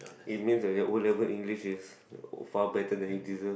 it means that your O-level English is far better then you deserved